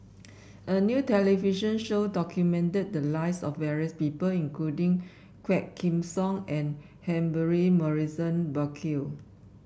a new television show documented the lives of various people including Quah Kim Song and Humphrey Morrison Burkill